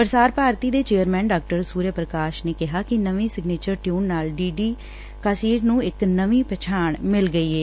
ਪ੍ਸਾਰ ਭਾਰਤੀ ਦੇ ਚੇਅਰਮੈਨ ਡਾ ਸੂਰੀਆ ਪ੍ਕਾਸ਼ ਨੇ ਕਿਹਾ ਕਿ ਨਵੀ ਸਿਗਨੇਚਰ ਟਿਉਨ ਨਾਲ ਡੀ ਡੀ ਕਾਸ਼ੀਰ ਨੁੰ ਇਕ ਨਵੀਂ ਪਛਾਣ ਮਿਲ ਗਈ ਏ